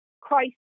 christ